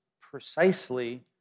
precisely